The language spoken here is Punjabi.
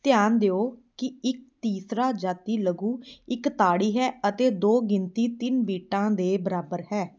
ਧਿਆਨ ਦਿਓ ਕਿ ਇੱਕ ਤੀਸਰਾ ਜਾਤੀ ਲਘੂ ਇੱਕ ਤਾੜੀ ਹੈ ਅਤੇ ਦੋ ਗਿਣਤੀ ਤਿੰਨ ਬੀਟਾਂ ਦੇ ਬਰਾਬਰ ਹੈ